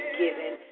given